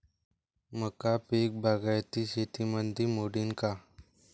मका पीक बागायती शेतीमंदी मोडीन का?